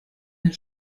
der